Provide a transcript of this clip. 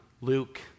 Luke